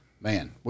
man